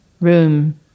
room